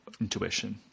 intuition